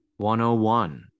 101